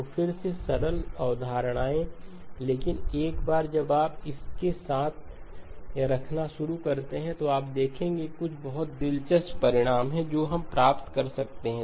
तो फिर से सरल अवधारणाएं लेकिन एक बार जब आप इसे एक साथ रखना शुरू करते हैं तो आप देखेंगे कि कुछ बहुत दिलचस्प परिणाम हैं जो हम प्राप्त कर सकते हैं